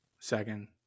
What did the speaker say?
Second